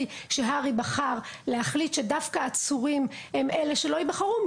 שהר"י בחר להחליט שדווקא עצורים הם אלה שלא ייבחרו.